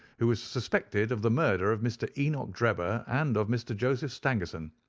who was suspected of the murder of mr. enoch drebber and of mr. joseph stangerson.